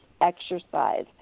exercise